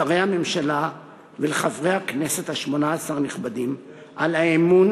לשרי הממשלה ולחברי הכנסת השמונה-עשרה הנכבדים על האמון